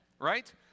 right